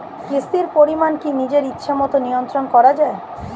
কিস্তির পরিমাণ কি নিজের ইচ্ছামত নিয়ন্ত্রণ করা যায়?